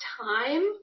time